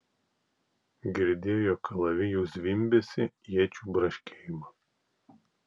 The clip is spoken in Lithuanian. girdėjo kalavijų zvimbesį iečių braškėjimą